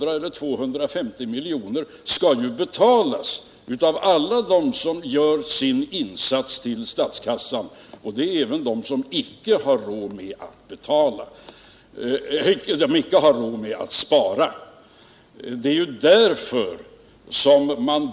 Men dessa 250 miljoner skall ju betalas av alla dem som gör sin insats till statskassan, även av dem som icke har råd att spara.